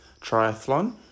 Triathlon